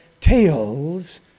tales